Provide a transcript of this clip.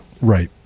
right